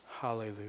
Hallelujah